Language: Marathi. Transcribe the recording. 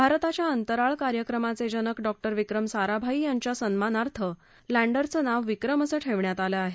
भारताच्या अंतराळ कार्यक्रमाचे जनक डॉक्टर विक्रम साराभाई यांच्या सन्मानार्थ लैंडरचं नाव विक्रम असं ठेवण्यात आलं आहे